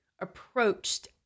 approached